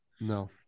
No